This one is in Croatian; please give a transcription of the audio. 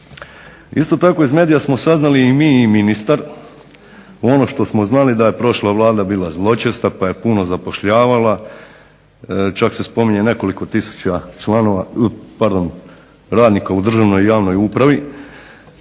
Isto tako iz medija smo saznali i mi i ministar ono što smo znali da je prošla Vlada bila zločesta pa je puno zapošljavala, čak se spominje nekoliko tisuća radnika u javnoj i državnoj upravi,